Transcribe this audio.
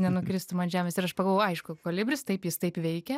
nenukristum ant žemės ir aš pagalvojau aišku kolibris taip jis taip veikia